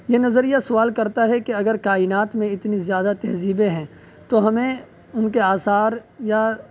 یہ نظریہ سوال کرتا ہے کہ اگر کائنات میں اتنی زیادہ تہذیبیں ہیں تو ہمیں ان کے آثار یا